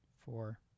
four